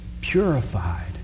purified